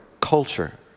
culture